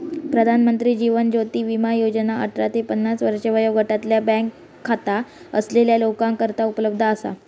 प्रधानमंत्री जीवन ज्योती विमा योजना अठरा ते पन्नास वर्षे वयोगटातल्या बँक खाता असलेल्या लोकांकरता उपलब्ध असा